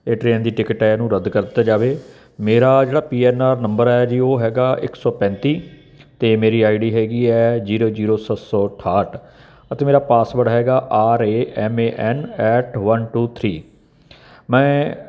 ਇਹ ਟਰੇਨ ਦੀ ਟਿਕਟ ਹੈ ਇਹਨੂੰ ਰੱਦ ਕਰ ਦਿੱਤਾ ਜਾਵੇ ਮੇਰਾ ਜਿਹੜਾ ਪੀ ਐਨ ਆਰ ਨੰਬਰ ਹੈ ਜੀ ਉਹ ਹੈਗਾ ਇੱਕ ਸੌ ਪੈਂਤੀ ਅਤੇ ਮੇਰੀ ਆਈ ਡੀ ਹੈਗੀ ਹੈ ਜੀਰੋ ਜੀਰੋ ਸੱਤ ਸੌ ਅਠਾਹਟ ਅਤੇ ਮੇਰਾ ਪਾਸਵਰਡ ਹੈਗਾ R A M A N at one two three ਮੈਂ